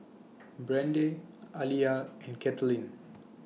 Brande Aliyah and Katelin